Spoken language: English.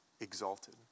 exalted